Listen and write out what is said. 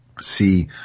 see